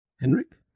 Henrik